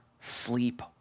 sleep